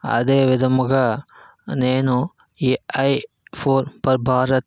అదే విధముగా నేను ఏఐ ఫోర్ భారత్